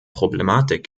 problematik